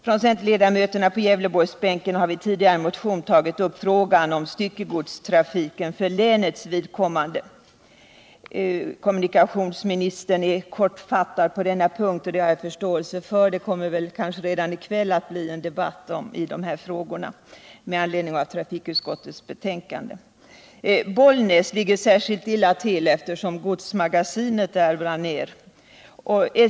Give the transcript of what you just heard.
Från centerledamöterna på Gävleborgsbänken har vi tidigare i motion tagit upp frågan om styckegodstrafiken för länets vidkommande. Kommunikationsministern fattade sig kort på denna punkt och det har jag förståelse för. Det kommer redan i kväll att bli en debatt i de här frågorna med anledning av trafikutskottets betänkande. Bollnäs ligger särskilt illa till, eftersom godsmagasinet brann ned i fjol.